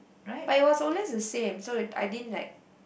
but is always the same so I didn't like